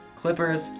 Clippers